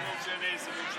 מרזוק: (קורא בשמות חברי הכנסת) משה אבוטבול,